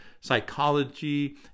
psychology